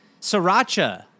Sriracha